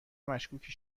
مشکوکی